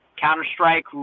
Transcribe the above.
Counter-Strike